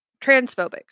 transphobic